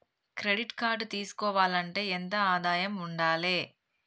Credit card తీసుకోవాలంటే ఎంత ఆదాయం ఉండాలే?